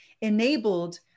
enabled